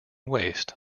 waste